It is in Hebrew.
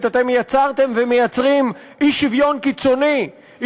אתם יצרתם ומייצרים אי-שוויון קיצוני,